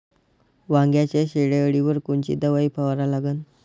वांग्याच्या शेंडी अळीवर कोनची दवाई फवारा लागन?